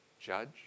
Judge